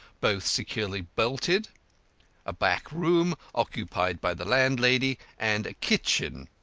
both securely bolted a back room occupied by the landlady and a kitchen.